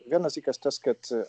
vienas dalykas tas kad